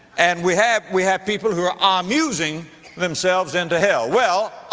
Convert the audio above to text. and we have, we have people who are ah amusing themselves into hell. well,